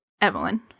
evelyn